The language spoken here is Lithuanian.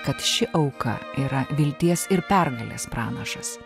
kad ši auka yra vilties ir pergalės pranašas